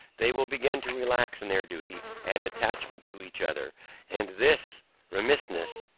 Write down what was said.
they will begin to relax in their duty and attachment to each other and this remissness,